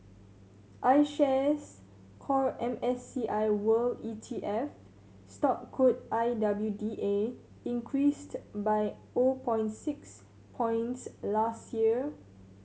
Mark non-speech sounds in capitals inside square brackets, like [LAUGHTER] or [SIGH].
iShares Core M S C I World E T F stock code I W D A increased by [UNINTELLIGIBLE] point six points last year